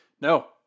No